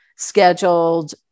Scheduled